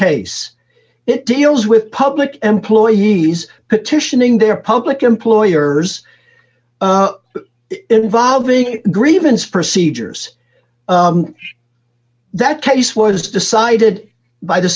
case it deals with public employees petitioning their public employers involving grievance procedures that case was decided by the